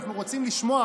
אנחנו רוצים לשמוע,